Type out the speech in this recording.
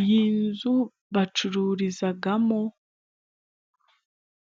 Iyi nzu bacururizagamo